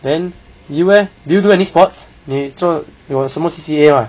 then you leh do you do any sport 你做有什么 C_C_A mah